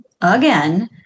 again